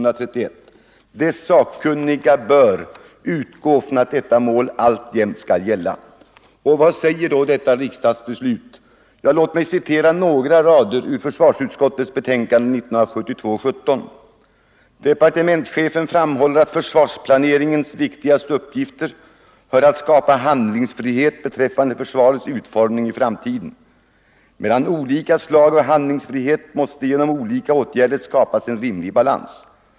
De sakkunniga bör utgå från att detta mål alltjämt skall gälla.” Vad sade då riksdagen 1972? Låt mig citera några rader ur försvarsutskottets betänkande nr 1972:17: ”Departementschefen framhåller att till försvarsplaneringens viktigaste uppgifter hör att skapa handlingsfrihet beträffande försvarets utformning i framtiden. Mellan olika slag av handlingsfrihet måste genom olika åtgärder skapas en rimlig balans.